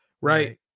Right